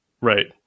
right